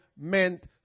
meant